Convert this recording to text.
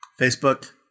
Facebook